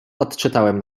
odczytałem